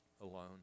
alone